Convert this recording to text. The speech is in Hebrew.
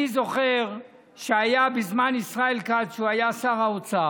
אני זוכר שהיה בזמן ישראל כץ, כשהוא היה שר האוצר,